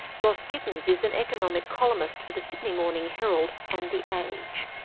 ross gittins is an economic columnist for the sydney morning herald and the age.